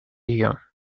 hier